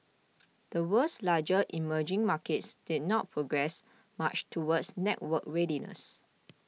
the world's larger emerging markets did not progress much towards networked readiness